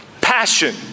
passion